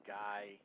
guy